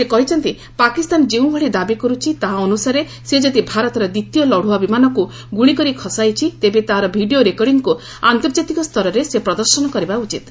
ସେ କହିଛନ୍ତି ପାକିସ୍ତାନ ଯେଉଁଭଳି ଦାବି କରୁଛି ତାହା ଅନୁସାରେ ସେ ଯଦି ଭାରତର ଦ୍ୱିତୀୟ ଲଢୁଆ ବିମାନକୁ ଗୁଳି କରି ଖସାଇଛି ତେବେ ତାହାର ଭିଡ଼ିଓ ରେକଡିଂକୁ ଆନ୍ତର୍ଜାତିକ ସ୍ତରରେ ସେ ପ୍ରଦର୍ଶନ କରିବା ଉଚିତ୍